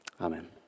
Amen